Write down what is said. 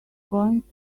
going